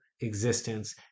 existence